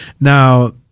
Now